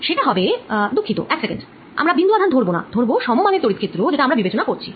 সেটা হবে দুঃখিত এক সেকেন্ড আমরা বিন্দু আধান ধরব না ধরব সম মানের তড়িৎ ক্ষেত্র যেটা আমরা বিবেচনা করছি